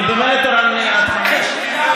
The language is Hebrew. אני ממילא תורן מליאה עד 05:00,